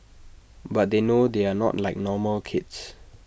but they know they are not like normal kids